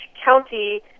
county